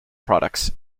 products